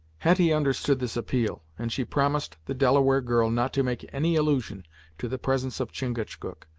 hetty understood this appeal, and she promised the delaware girl not to make any allusion to the presence of chingachgook,